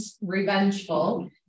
revengeful